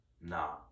Nah